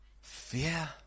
fear